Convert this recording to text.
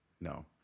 No